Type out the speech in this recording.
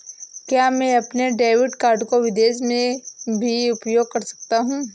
क्या मैं अपने डेबिट कार्ड को विदेश में भी उपयोग कर सकता हूं?